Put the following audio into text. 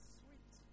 sweet